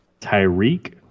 Tyreek